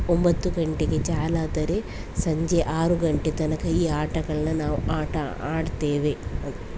ಒಂಬತ್ತು ಗಂಟೆಗೆ ಚಾಲಾದರೆ ಸಂಜೆ ಆರು ಗಂಟೆ ತನಕ ಈ ಆಟಗಳನ್ನ ನಾವು ಆಟ ಆಡ್ತೇವೆ ಓಕೆ